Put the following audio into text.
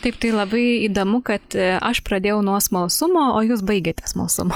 taip tai labai įdomu kad aš pradėjau nuo smalsumo o jūs baigiate smalsumu